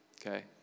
okay